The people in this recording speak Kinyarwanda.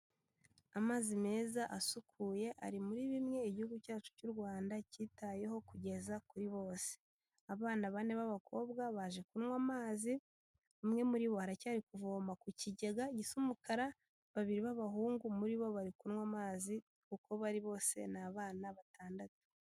Amazi meza asukuye ari muri bimwe igihugu cyacu cy'u rwanda cyitayeho kugeza kuri bose, abana bane b'abakobwa baje kunywa amazi, umwe muri bo aracyari kuvoma ku kigega gisa umukara, babiri b'abahungu muri bo bari kunywa amazi uko bari bose ni abana batandatu.